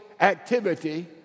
activity